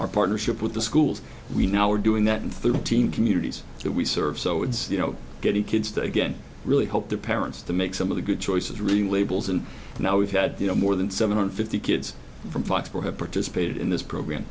our partnership with the schools we now are doing that in thirteen communities that we serve so it's you know getting kids to again really help their parents to make some of the good choices reading labels and now we've had you know more than seven hundred fifty kids from five to four have participated in this program